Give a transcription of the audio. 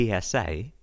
PSA